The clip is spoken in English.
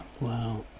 Wow